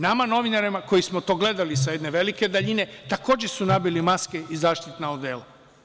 Nama novinarima koji smo to gledali sa jedne velike daljine takođe su nabili maske i zaštitna odela.